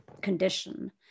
condition